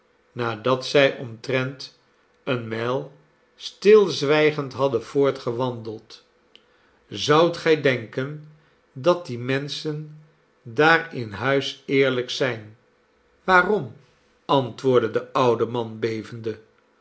nadat zij omtrent eene mijl stilzwijgend hadden voortgewandeld zoudt gij denken dat die menschen daar in huis eerlijk zijn waarom antwoordde de oude man bevende